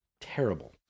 terrible